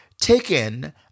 taken